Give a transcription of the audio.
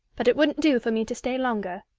but it wouldn't do for me to stay longer.